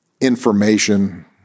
information